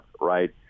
right